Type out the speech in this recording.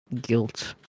guilt